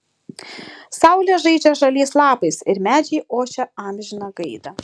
saulė žaidžia žaliais lapais ir medžiai ošia amžiną gaidą